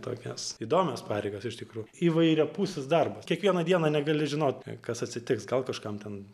tokios įdomios pareigos iš tikrųjų įvairiapusis darbas kiekvieną dieną negali žinot kas atsitiks gal kažkam ten